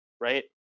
right